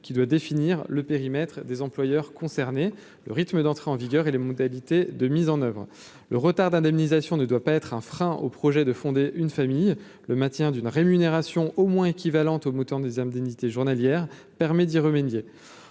qui doit définir le périmètre des employeurs concernés le rythme d'entrée en vigueur et les modalités de mise en oeuvre le retard d'indemnisation ne doit pas être un frein au projet de fonder une famille, le maintien d'une rémunération au moins équivalente au montant des indemnités journalières permet d'y remédier,